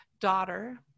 daughter